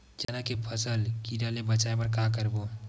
चना के फसल कीरा ले बचाय बर का करबो?